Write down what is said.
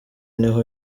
niho